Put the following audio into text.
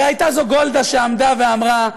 הרי הייתה זו גולדה שעמדה ואמרה: